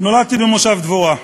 נולדתי במושב דבורה,